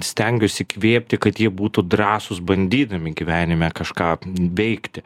stengiuos įkvėpti kad jie būtų drąsūs bandydami gyvenime kažką veikti